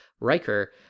Riker